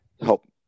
help